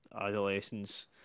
adolescence